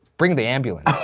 bring the ambulance.